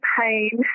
pain